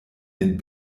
den